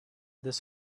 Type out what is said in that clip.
this